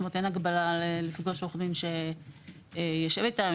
אין הגבלה לפגוש עורך דין שישב איתם,